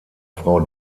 frau